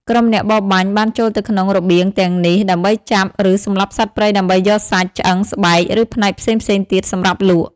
ក្រុមអ្នកបរបាញ់បានចូលទៅក្នុងរបៀងទាំងនេះដើម្បីចាប់ ឬសម្លាប់សត្វព្រៃដើម្បីយកសាច់ ឆ្អឹង ស្បែក ឬផ្នែកផ្សេងៗទៀតសម្រាប់លក់។